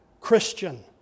Christian